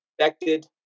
affected